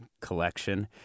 collection